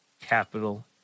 capital